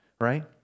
Right